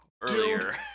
earlier